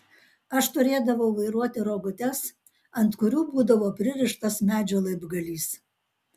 aš turėdavau vairuoti rogutes ant kurių būdavo pririštas medžio laibgalys